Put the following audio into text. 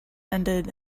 ended